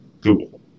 Google